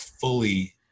fully